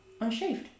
unshaved